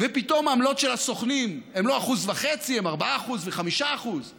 פתאום העמלות של הסוכנים הן לא 1.5%, הן 4% ו-5%;